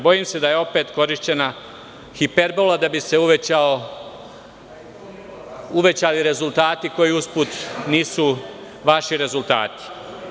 Bojim se da je opet korišćena hiperbola, da bi se uvećali rezultati koji nisu vaši rezultati.